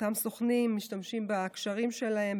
אותם סוכנים משתמשים בקשרים שלהם,